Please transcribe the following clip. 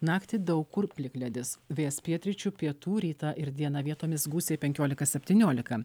naktį daug kur plikledis vėjas pietryčių pietų rytą ir dieną vietomis gūsiai penkiolika septyniolika